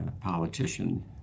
politician